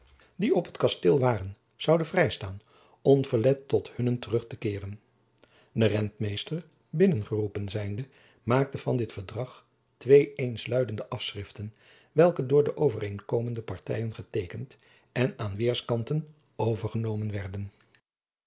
die op het kasteel waren zoude vrijstaan onverlet tot hunnent terug te keeren de rentmeester binnen geroepen zijnde maakte van dit verdrag twee eensluidende afschriften welke door de overeenkomende partijen geteekend en aan weêrskanten overgenomen werden